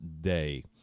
day